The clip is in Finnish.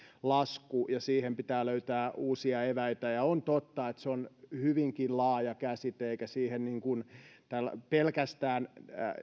lasku ja siihen pitää löytää uusia eväitä ja on totta että se on hyvinkin laaja käsite eikä siihen pelkästään